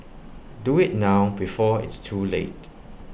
do IT now before it's too late